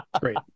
great